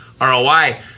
ROI